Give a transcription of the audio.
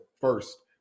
first